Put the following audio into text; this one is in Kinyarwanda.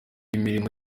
imirimo